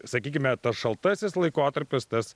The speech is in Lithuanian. sakykime tas šaltasis laikotarpis tas